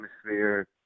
atmosphere